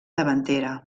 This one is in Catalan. davantera